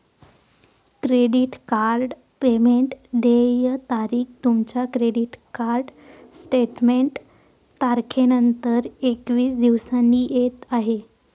credit card payment देय तारीख तुमच्या क्रेडिट कार्ड स्टेटमेंट तारखेनंतर एकवीस दिवसांनी आहे